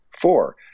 Four